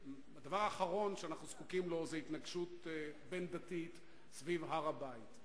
הדבר האחרון שאנחנו זקוקים לו זה התנגשות בין-דתית סביב הר-הבית.